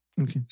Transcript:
Okay